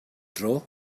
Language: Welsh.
dro